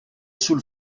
sul